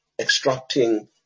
extracting